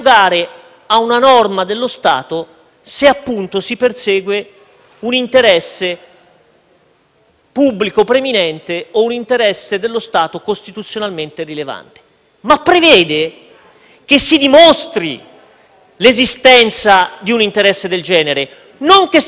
pubblico preminente o un interesse dello Stato costituzionalmente rilevante, ma prevede che si dimostri l'esistenza di interessi del genere, non che si proceda per autocertificazione. La cosa grave, e anche un po' ridicola, della discussione alla quale